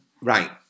right